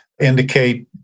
indicate